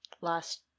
last